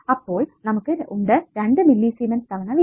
അപ്പോൾ നമുക്ക് ഉണ്ട് 2 മില്ലി സിമെൻ തവണ V test